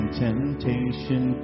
temptation